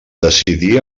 decidí